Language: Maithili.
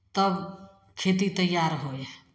तब खेती तैयार होइ हइ